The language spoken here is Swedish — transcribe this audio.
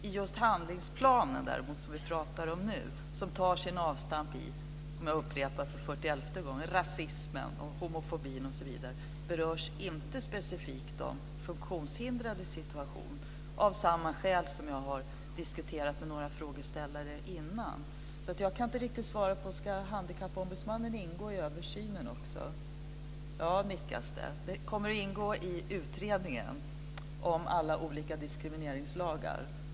I den handlingsplan som vi pratar om nu, som tar sin avstamp - jag upprepar det igen - i rasism, homofobi osv., berörs inte specifikt de funktionshindrades situation, av samma skäl som jag tidigare har diskuterat med några frågeställare. Jag kan inte riktigt svara på frågan om handikappombudsmannen ska ingå i översynen. Men jag ser att det nickas ett ja. Det kommer att ingå i utredningen om alla olika diskrimineringslagar.